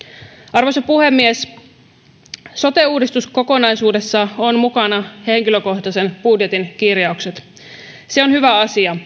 arvoisa puhemies sote uudistuskokonaisuudessa on mukana henkilökohtaisen budjetin kirjaukset se on hyvä asia